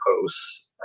posts